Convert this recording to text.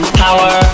power